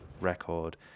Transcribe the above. record